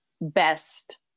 best